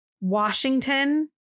Washington